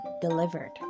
delivered